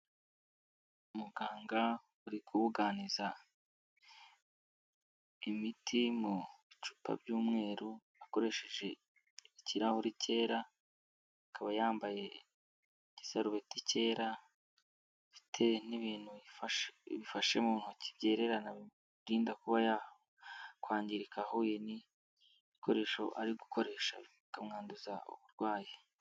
Umuganga uri kubuganiza imiti mu bicupa by'umweru. Akoresheje ikirahuri kera, akaba yambaye igisarubeti kera. Afite n'ibintu bifashe mu ntoki byererana bimurinda kuba yakwangirika ahuye n'ibikoresho ari gukoresha bikamwanduza uburwayi.